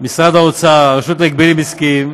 משרד האוצר, הרשות להגבלים עסקיים,